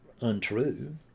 untrue